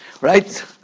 right